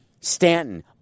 Stanton